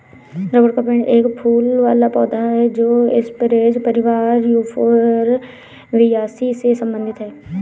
rubber का पेड़ एक फूल वाला पौधा है जो स्परेज परिवार यूफोरबियासी से संबंधित है